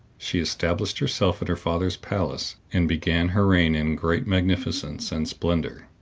she established herself in her father's palace, and began her reign in great magnificence and splendor.